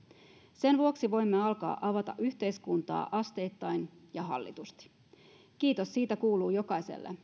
sen vuoksi voimme alkaa avata yhteiskuntaa asteittain ja hallitusti kiitos siitä kuuluu jokaiselle